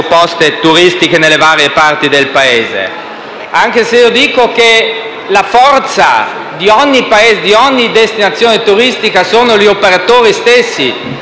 Grazie,